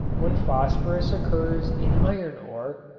when phosphorus occurs in iron ore,